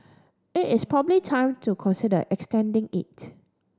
it is probably time to consider extending it